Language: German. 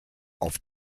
auf